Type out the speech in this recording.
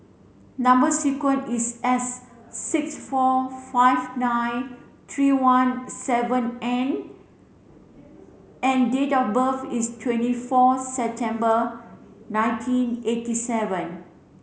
number sequence is S six four five nine three one seven N and date of birth is twenty four September nineteen eighty seven